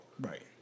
Right